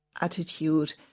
attitude